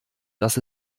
dass